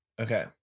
Okay